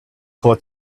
what